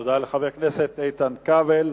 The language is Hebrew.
תודה לחבר הכנסת איתן כבל.